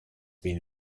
been